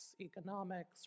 economics